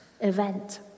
event